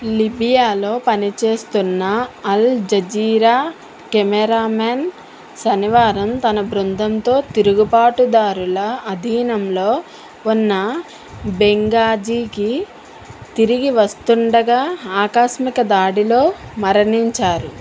లిబియాలో పనిచేస్తున్న Al Jazeera cameraman శనివారం తన బృందంతో తిరుగుబాటుదారుల అధీనంలో ఉన్న బెంఘాజీకి తిరిగి వస్తుండగా ఆకస్మిక దాడిలో మరణించారు